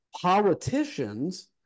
politicians